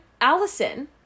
Allison